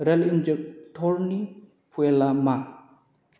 rail इनजेक्टरनि फुवेला मा